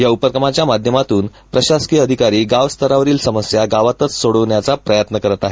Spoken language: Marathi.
या उपक्रमाच्या माध्यमातून प्रशासकीय अधिकारी गाव स्तरावरील समस्या गावातच सोडवण्याचा प्रयत्न करत आहे